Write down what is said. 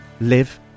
live